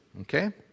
okay